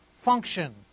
function